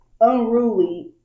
unruly